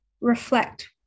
reflect